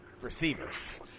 receivers